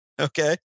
okay